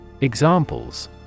Examples